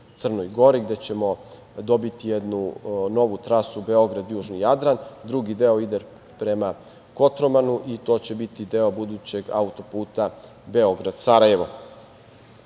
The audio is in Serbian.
Crnoj Gori gde ćemo dobiti jednu novu trasu Beograd-južni Jadran, drugi deo ide prema Kotromanu i to će biti deo budućeg autoputa Beograd-Sarajevo. Moravski